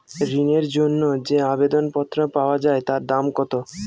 ঋণের জন্য যে আবেদন পত্র পাওয়া য়ায় তার দাম কত?